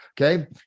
Okay